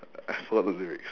I I forgot the lyrics